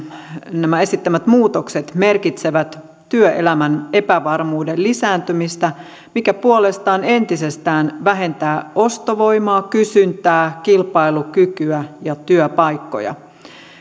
nyt esittämät muutokset merkitsevät työelämän epävarmuuden lisääntymistä mikä puolestaan entisestään vähentää ostovoimaa kysyntää kilpailukykyä ja työpaikkoja